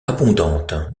abondante